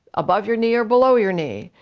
above your knee, or below your knee?